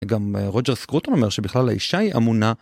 גם רוג'ר סקרוטון אומר שבכלל האישה היא אמונה.